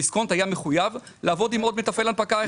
דיסקונט היה מחויב לעבוד עם עוד מתפעל הנפקה אחד.